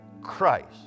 Christ